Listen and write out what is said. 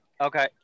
Okay